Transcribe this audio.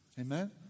amen